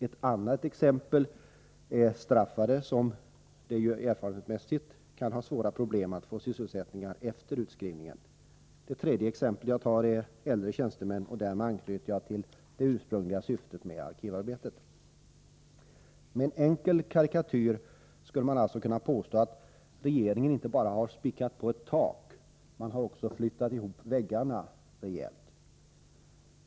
Ett annat exempel är straffade, som ju erfarenhetsmässigt kan ha svåra problem med att få sysselsättning efter utskrivningen. Tredje exemplet är äldre tjänstemän, och därmed anknyter jag till det ursprungliga syftet med arkivarbetet. Med en enkel karikatyr skulle man alltså kunna påstå att regeringen inte bara spikat på ett ”tak” utan också flyttat ihop ”väggarna” rejält.